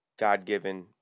God-given